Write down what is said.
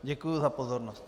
Děkuji za pozornost.